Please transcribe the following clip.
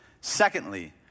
Secondly